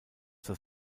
das